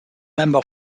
member